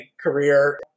career